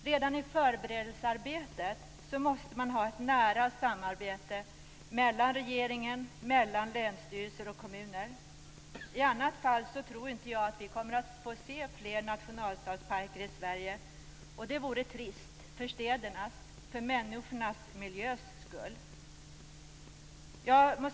Redan i förberedelsearbetet måste man ha ett nära samarbete mellan regeringen, länsstyrelser och kommuner. I annat fall tror jag inte att vi kommer att få se fler nationalstadsparker i Sverige, och det vore trist för städernas, människornas och miljöns skull.